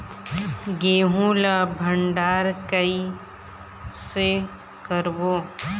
गेहूं ला भंडार कई से करबो?